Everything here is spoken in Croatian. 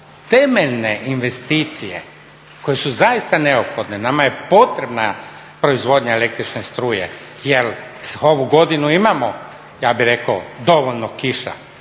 temeljene investicije koje su zaista neophodne, nama je potrebna proizvodnja električne struje jer ovu godinu imamo dovoljno kiša,